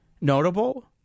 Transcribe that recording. notable